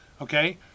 Okay